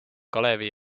kalevi